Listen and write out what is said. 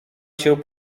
się